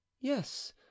Yes